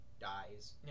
dies